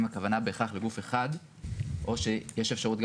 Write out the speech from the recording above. האם הכוונה בכך היא לגוף אחד או שיש אפשרות גם